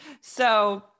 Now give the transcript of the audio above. So-